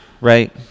Right